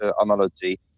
analogy